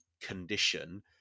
condition